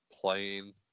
playing